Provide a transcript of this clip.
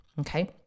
Okay